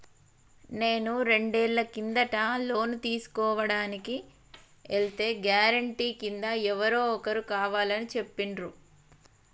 నేను రెండేళ్ల కిందట లోను తీసుకోడానికి ఎల్తే గారెంటీ కింద ఎవరో ఒకరు కావాలని చెప్పిండ్రు